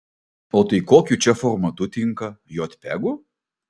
o tai kokiu čia formatu tinka jotpegu